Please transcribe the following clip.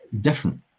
different